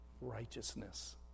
righteousness